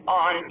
on